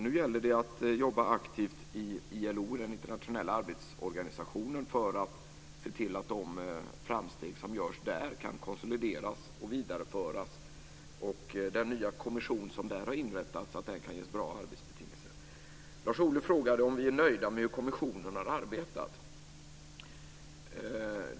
Nu gäller det att jobba aktivt inom ILO, den internationella arbetsorganisationen, för att se till att de framsteg som görs där kan konsolideras och vidareföras och att den nya kommission som där har inrättats får bra arbetsbetingelser. Lars Ohly frågade om vi är nöjda med hur EG kommissionen har arbetat.